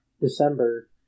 December